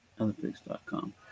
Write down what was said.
Olympics.com